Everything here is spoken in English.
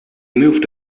moved